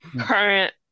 current